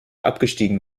abgestiegen